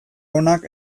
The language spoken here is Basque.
onak